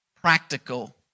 practical